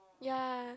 ya